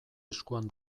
eskuan